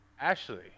Ashley